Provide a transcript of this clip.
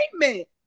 statement